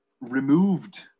removed